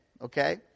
Okay